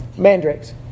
mandrakes